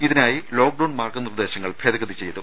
ഇതിനായി ലോക്ഡൌൺ മാർഗനിർദേശങ്ങൾ ഭേദഗതി ചെയ്തു